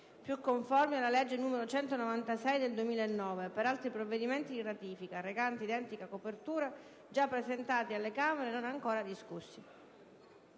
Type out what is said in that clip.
più conformi alla legge n. 196 del 2009 per altri provvedimenti di ratifica, recanti identica copertura, già presentati alle Camere e non ancora discussi».